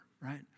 right